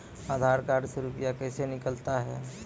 आधार कार्ड से रुपये कैसे निकलता हैं?